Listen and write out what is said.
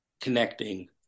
connecting